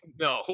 No